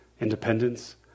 independence